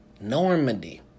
Normandy